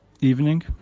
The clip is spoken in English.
evening